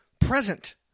present